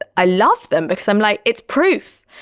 i love them because i'm like, it's proof.